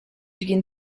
begin